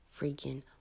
freaking